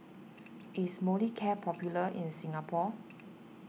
is Molicare popular in Singapore